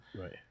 Right